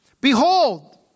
Behold